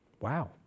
Wow